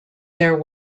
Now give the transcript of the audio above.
there